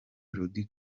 melodie